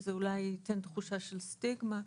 שזה אולי ייתן תחושה של סטיגמה,